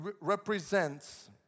represents